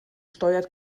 steuert